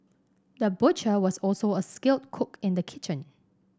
the butcher was also a skilled cook in the kitchen